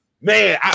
man